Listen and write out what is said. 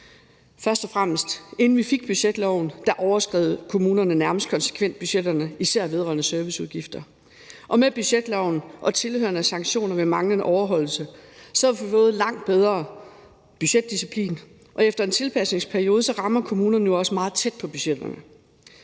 sige, at inden vi fik budgetloven, overskred kommunerne nærmest konsekvent budgetterne – især vedrørende serviceudgifter. Og med budgetloven og tilhørende sanktioner ved manglende overholdelse har vi fået en langt bedre budgetdisciplin, og efter en tilpasningsperiode rammer kommunerne nu også meget tæt på budgetterne.